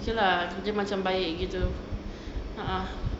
okay lah dia macam baik gitu ah ah